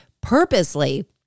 purposely